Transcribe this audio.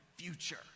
future